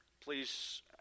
Please